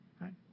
right